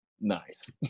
Nice